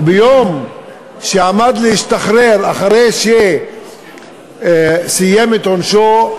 וביום שעמד להשתחרר, אחרי שסיים את עונשו,